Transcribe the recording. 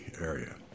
area